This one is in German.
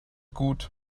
gut